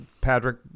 Patrick